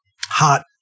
hot